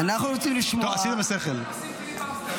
השר מלכיאלי מסביר פה דברים חשובים.